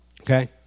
Okay